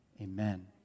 Amen